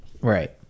Right